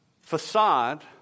facade